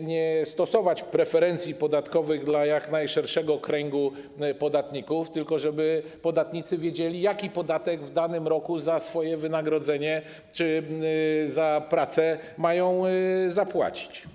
nie stosować preferencji podatkowych w przypadku jak najszerszego kręgu podatników, tylko żeby podatnicy wiedzieli, jaki podatek w danym roku za swoje wynagrodzenie czy za pracę mają zapłacić.